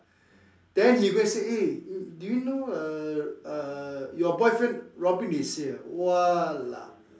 then he go and say eh do you know err your boyfriend Robin is here !walao!